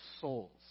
souls